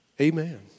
Amen